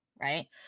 right